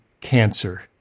cancer